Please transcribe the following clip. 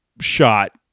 shot